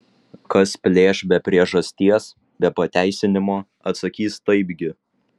kas plėš be priežasties be pateisinimo atsakys taipgi